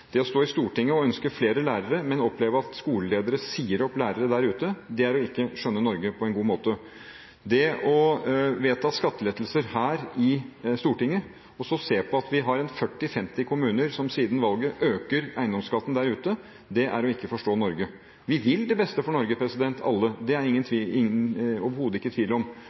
Det å stå i Stortinget og ønske flere lærere, men oppleve at skoleledere sier opp lærere der ute, er å ikke skjønne Norge på en god måte. Det å vedta skattelettelser her i Stortinget og så se på at vi har 40–50 kommuner som siden valget øker eiendomsskatten der ute, er å ikke forstå Norge. Vi vil alle det beste for Norge, det er det overhodet ingen tvil om, men i retningen og bruken av handlefriheten er det valg som ikke